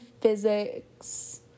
physics